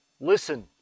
Listen